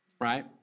right